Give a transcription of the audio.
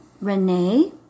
Renee